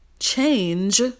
Change